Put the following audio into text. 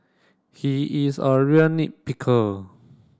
he is a real nit picker